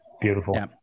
beautiful